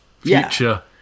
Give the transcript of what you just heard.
future